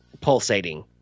pulsating